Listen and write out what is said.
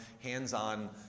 hands-on